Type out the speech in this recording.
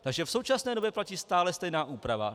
Takže v současné době platí stále stejná úprava.